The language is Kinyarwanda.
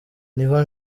niho